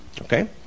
Okay